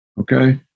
Okay